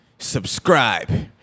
Subscribe